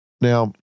Now